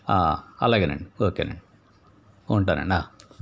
అలాగేనండి ఓకేనండి ఉంటానండి